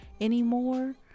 anymore